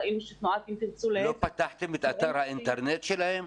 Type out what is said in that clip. ראינו שתנועת "אם תרצו" --- לא פתחתם את אתר האינטרנט שלהם?